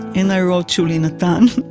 and i wrote shuly natan